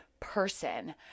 person